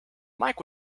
mike